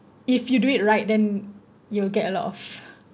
if you do it right then you'll get a lot of